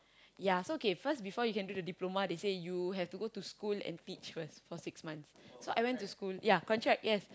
ya so okay first before you can do the diploma they say you have to go to school and teach first for six months so I went to school ya contract yes